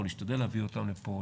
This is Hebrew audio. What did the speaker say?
או להשתדל להביא אותם לפה,